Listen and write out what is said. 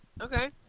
Okay